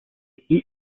eat